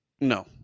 No